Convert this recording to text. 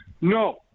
No